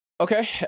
Okay